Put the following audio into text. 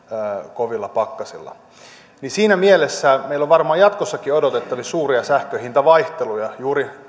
kovilla pakkasilla siinä mielessä meillä on varmaan jatkossakin odotettavissa suuria sähkön hintavaihteluja juuri